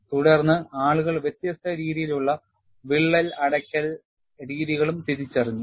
തുടർന്ന് ആളുകൾ വ്യത്യസ്ത രീതിയിലുള്ള വിള്ളൽ അടയ്ക്കൽ രീതികളും തിരിച്ചറിഞ്ഞു